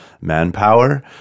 Manpower